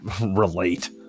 relate